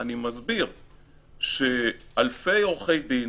אני מסביר שאלפי עורכי דין